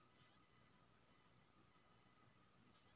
Gold bond पर ब्याज दर की छै?